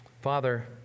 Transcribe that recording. Father